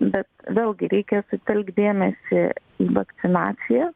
bet vėlgi reikia sutelkt dėmesį į vakcinaciją